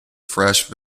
fresh